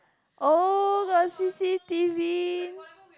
oh got C_C_T_V